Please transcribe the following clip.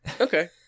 okay